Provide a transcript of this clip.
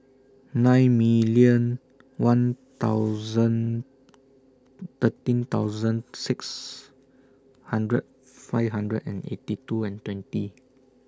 nine million one thousand thirteen thousand six hundred five hundred and eighty two and twenty